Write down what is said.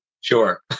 Sure